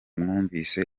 bumvise